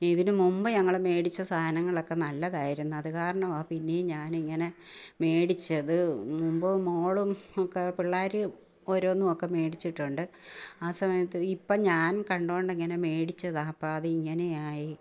ഇതിനു മുമ്പ് ഞങ്ങൾ മേടിച്ച സാധനങ്ങളൊക്കെ നല്ലതായിരുന്നു അതുകാരണമാണ് പിന്നേം ഞാനിങ്ങനെ മേടിച്ചത് മുമ്പ് മോളും ഒക്കെ പിള്ളേരും ഓരോന്നുമൊക്കെ മേടിച്ചിട്ടുണ്ട് ആ സമയത്ത് ഇപ്പം ഞാൻ കണ്ടോണ്ടിങ്ങനെ മേടിച്ചതാണ് അപ്പം അത് ഇങ്ങനെയായി